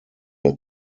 der